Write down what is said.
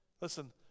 Listen